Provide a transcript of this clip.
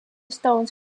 stones